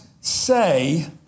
say